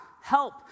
help